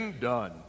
done